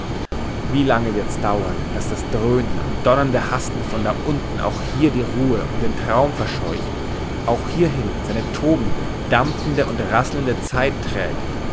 wie lange wird's dauern daß das dröhnen und donnernde hasten von da unten auch hier die ruhe und den traum verscheucht auch hierhin seine tobende dampfende und rasselnde zeit trägt